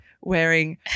wearing